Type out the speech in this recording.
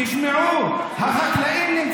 אני לא בא